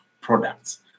products